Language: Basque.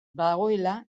badagoela